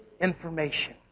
information